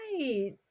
Right